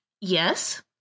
Yes